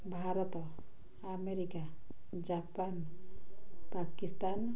Bharat America Japan Pakistan